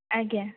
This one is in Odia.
ଆଜ୍ଞା